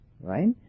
right